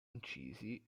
incisi